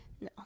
No